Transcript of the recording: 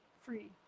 Free